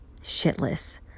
Shitless